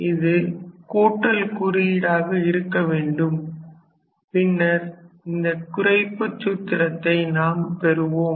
இது கூட்டல் குறியீடாக இருக்க வேண்டும் பின்னர் இந்த குறைப்புச் சூத்திரத்தை நாம் பெற்றோம்